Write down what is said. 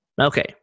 Okay